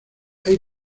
hay